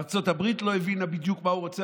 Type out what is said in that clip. ארצות הברית לא הבינה בדיוק מה הוא רוצה,